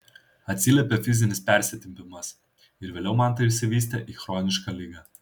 atsiliepė fizinis persitempimas ir vėliau man tai išsivystė į chronišką ligą